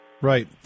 Right